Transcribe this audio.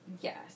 yes